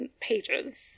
pages